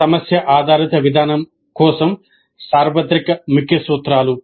సమస్య ఆధారిత విధానం కోసం సార్వత్రిక ముఖ్య సూత్రాలు